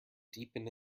deepened